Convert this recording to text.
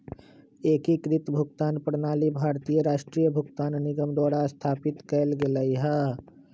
एकीकृत भुगतान प्रणाली भारतीय राष्ट्रीय भुगतान निगम द्वारा स्थापित कएल गेलइ ह